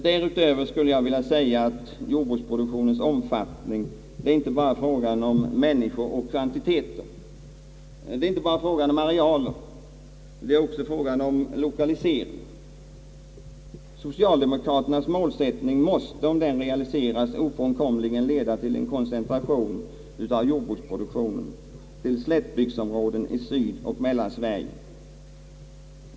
Därutöver kan sägas att jordbruksproduktionens omfattning är inte bara frågan om människor och kvantiteter, inte bara frågan om arealer, det är också fråga om lokalisering. Socialdemokraternas målsättning måste, om den realiseras, ofrånkomligen leda till en koncentration av jordbruksproduktionen till slättbygdsområdena i Sydoch Mellansverige.